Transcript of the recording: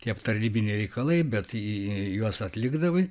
tie tarnybiniai reikalai bet juos atlikdavai